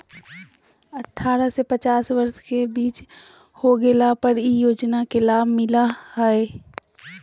अठारह से पचास वर्ष के बीच मृत्यु हो गेला पर इ योजना के लाभ मिला हइ